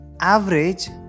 average